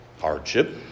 hardship